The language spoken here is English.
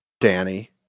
danny